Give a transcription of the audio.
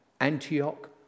Antioch